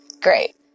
great